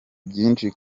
byinshi